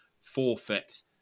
forfeit